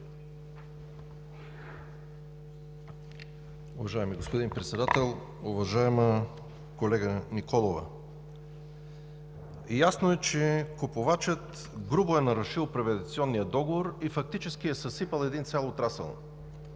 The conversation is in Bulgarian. Уважаеми господин Председател! Уважаеми колега Николова, ясно е, че купувачът грубо е нарушил приватизационния договор и фактически е съсипал един цял отрасъл